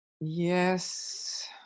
yes